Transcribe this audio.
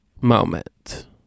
moment